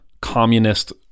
communist